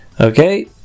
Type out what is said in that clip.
Okay